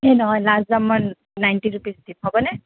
এই নহয় লাষ্ট যাম মই নাইণ্টি ৰুপিছকৈ হ'বনে